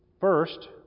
First